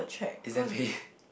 is that pay